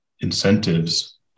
incentives